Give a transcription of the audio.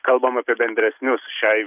kalbam apie bendresnius šiai